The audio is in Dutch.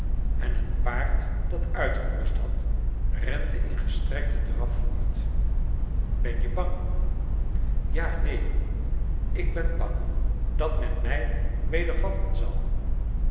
en het paard dat uitgerust had rende in gestrekten draf voort ben-je bang ja en neen ik ben bang dat men mij weder vatten zal